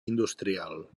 industrial